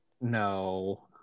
no